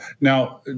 Now